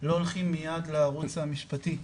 לא הולכים מייד לערוץ המשפטי,